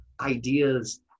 ideas